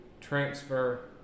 transfer